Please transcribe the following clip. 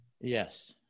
Yes